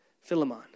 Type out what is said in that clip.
Philemon